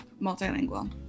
multilingual